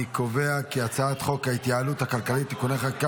אני קובע כי הצעת חוק ההתייעלות הכלכלית (תיקוני חקיקה